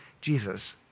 Jesus